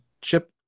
chip